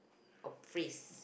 or phrase